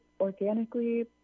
organically